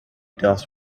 does